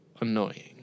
annoying